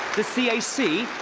the cac,